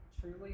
truly